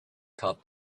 thought